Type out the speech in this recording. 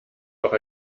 auch